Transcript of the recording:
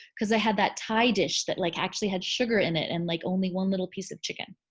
cause i had that thai dish that like actually had sugar in it and like only one little piece of chicken.